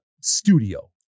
studio